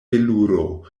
veluro